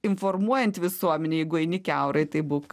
informuojant visuomenę jeigu eini kiaurai tai būk